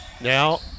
Now